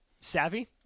Savvy